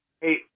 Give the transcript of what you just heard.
Hey